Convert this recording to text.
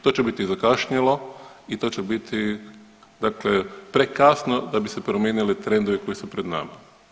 To će biti zakašnjelo i to će biti, dakle prekasno da bi se promijenili trendovi koji su pred nama.